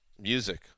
Music